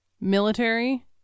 military